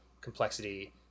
complexity